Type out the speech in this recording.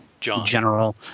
General